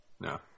No